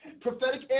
Prophetic